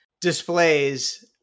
displays